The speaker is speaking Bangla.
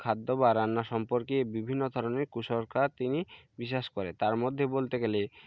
খাদ্য বা রান্না সম্পর্কে বিভিন্ন ধরনের কুসংস্কার তিনি বিশ্বাস করে তার মধ্যে বলতে গেলে